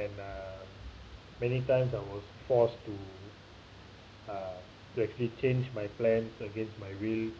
and uh many times I was forced to uh to actually change my plan against my will